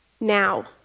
Now